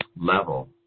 level